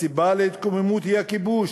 הסיבה להתקוממות היא הכיבוש,